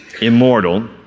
immortal